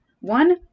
one